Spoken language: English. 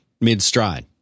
mid-stride